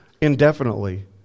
indefinitely